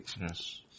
Yes